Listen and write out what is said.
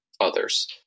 others